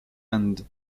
and